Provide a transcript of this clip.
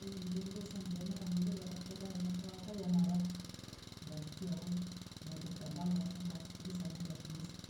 Mndwe ngesambia ho mara ngatafuta dawa yakwa hata ya mara ngachia ho ngande kitamba ngafunga ili samwita fumese